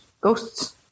ghosts